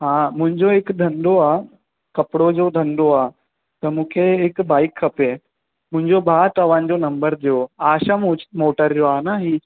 हा मुंहिंजो हिकु धंधो आहे कपिड़ो जो धंधो आहे त मूंखे हिकु बाइक खपे मुंहिंजो भाउ तव्हांजो नंबर ॾियो आशा मोटर जो आहे न इहा